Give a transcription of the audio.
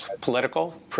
political